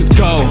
go